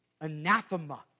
anathema